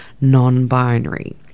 non-binary